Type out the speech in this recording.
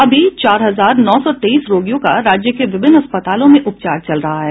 अभी चार हजार नौ सौ तेईस रोगियों का राज्य के विभिन्न अस्पतालों में उपचार चल रहा है